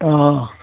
अ